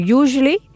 usually